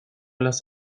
las